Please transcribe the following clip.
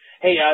Hey